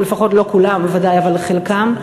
או לפחות לא כולם בוודאי אבל חלקם,